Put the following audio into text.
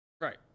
Right